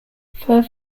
future